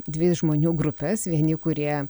dvi žmonių grupes vieni kurie